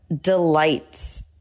delights